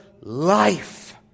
life